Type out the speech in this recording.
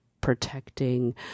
protecting